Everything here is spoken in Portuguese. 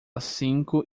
cinco